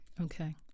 Okay